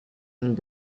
and